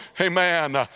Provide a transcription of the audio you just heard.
Amen